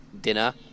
dinner